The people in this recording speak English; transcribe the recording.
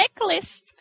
checklist